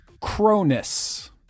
Cronus